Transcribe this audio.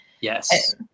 Yes